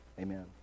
Amen